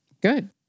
good